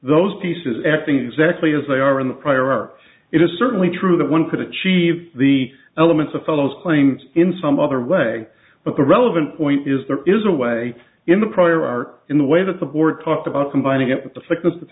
those pieces acting exactly as they are in the prior art it is certainly true that one could achieve the elements a fellow's claims in some other way but the relevant point is there is a way in the prior art in the way that the board talked about combining it wit